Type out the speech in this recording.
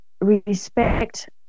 respect